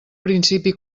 principi